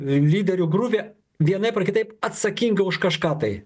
lyderių grupė vienaip ar kitaip atsakinga už kažką tai